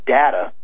data